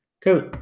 Cool